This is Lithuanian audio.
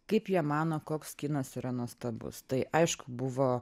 kaip jie mano koks kinas yra nuostabus tai aišku buvo